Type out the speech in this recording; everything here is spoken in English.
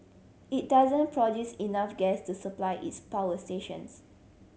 it doesn't produce enough gas to supply its power stations